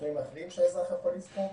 אחרים שהאזרח יכול לבחור.